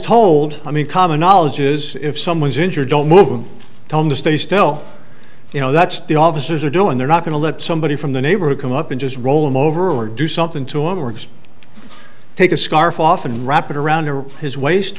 told i mean common knowledge is if someone is injured don't move and tell him to stay still you know that's the officers are doing they're not going to let somebody from the neighborhood come up and just roll him over or do something to him works take a scarf off and wrap it around his waist